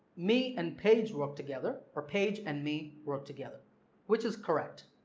me and paige work together or page and me work together which is correct?